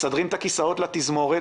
מסדרים את הכיסאות לתזמורת